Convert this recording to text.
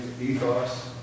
ethos